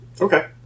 Okay